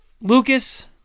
Lucas